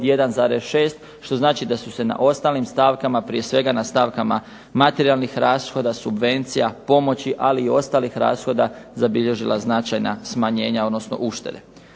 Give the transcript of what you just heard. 1,6 što znači da su se na ostalim stavkama prije svega na stavkama materijalnih rashoda, subvencija, pomoći, ali i ostalih rashoda zabilježila značajna smanjenja, odnosno uštede.